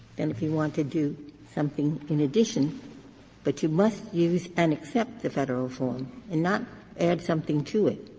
and if you want to do something in addition but you must use and accept the federal form and not add something to it.